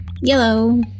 Yellow